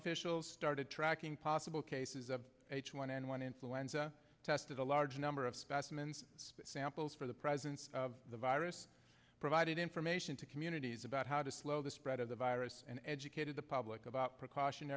officials started tracking possible cases of h one n one influenza tested a large number of specimens samples for the presence of the virus provided information to communities about how to slow the spread of the virus and educated the public about